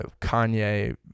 Kanye